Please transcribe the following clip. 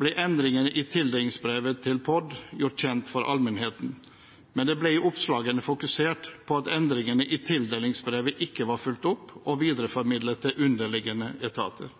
ble endringene i tildelingsbrevet til POD gjort kjent for allmennheten, men det ble i oppslagene fokusert på at endringene i tildelingsbrevet ikke var fulgt opp og videreformidlet til underliggende etater.